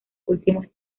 últimos